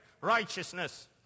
righteousness